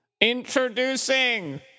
introducing